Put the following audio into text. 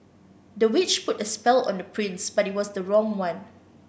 the witch put a spell on the prince but it was the wrong one